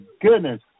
goodness